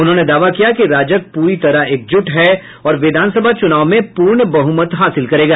उन्होंने दावा किया कि राजग प्री तरह एकजुट है और विधानसभा चुनाव में पूर्ण बहुमत हासिल करेगा